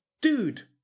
dude